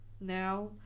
now